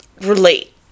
relate